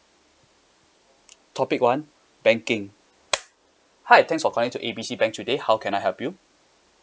topic one banking hi thanks for calling to A B C bank today how can I help you